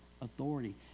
authority